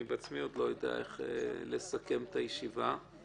אני בעצמי עוד לא יודע איך לסכם את הישיבה לגבי